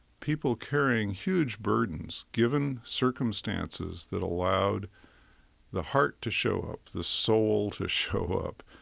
people carrying huge burdens given circumstances that allowed the heart to show up, the soul to show up,